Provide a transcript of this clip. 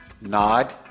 nod